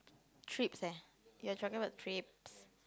trips eh you're talking about trips